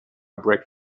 brick